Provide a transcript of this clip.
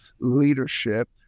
leadership